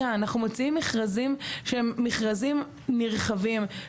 אנחנו מוציאים מכרזים שהם מכרזים נרחבים.